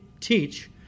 teach